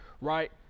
right